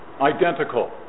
identical